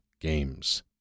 games